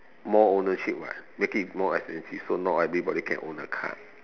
more ownership [what] make it more expensive so not everybody can own a car